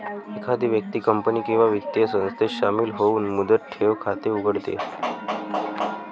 एखादी व्यक्ती कंपनी किंवा वित्तीय संस्थेत शामिल होऊन मुदत ठेव खाते उघडते